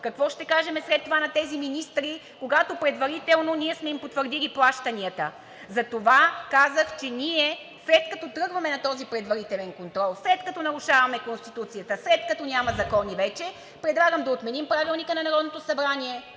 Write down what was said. Какво ще кажем след това на тези министри, когато предварително ние сме им потвърдили плащанията? Затова казах, че ние, след като тръгваме на този предварителен контрол, след като нарушаваме Конституцията, след като няма закони вече, предлагам да отменим Правилника на Народното събрание.